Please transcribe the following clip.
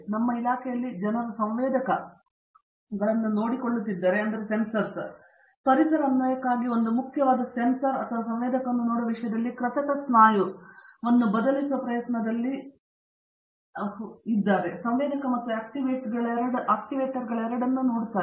ನಮ್ಮ ಇಲಾಖೆಯಲ್ಲಿ ಜನರು ಸಂವೇದಕಗಳನ್ನು ನೋಡಿಕೊಳ್ಳುತ್ತಿದ್ದರೆ ಪರಿಸರ ಅನ್ವಯಕ್ಕಾಗಿ ಒಂದು ಮುಖ್ಯವಾದ ಸೆನ್ಸಾರ್ ಅಥವಾ ಸಂವೇದಕವನ್ನು ನೋಡುವ ವಿಷಯದಲ್ಲಿ ಕೃತಕ ಸ್ನಾಯುವನ್ನು ಬದಲಿಸುವ ಪ್ರಯತ್ನದಲ್ಲಿ ಸಂವೇದಕ ಮತ್ತು ಆಕ್ಟಿವೇಟರ್ಗಳೆರಡರಲ್ಲೂ ನೋಡುತ್ತಾರೆ